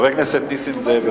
חבר הכנסת נסים זאב,